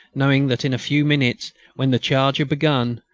knowing that in a few minutes, when the charge had begun,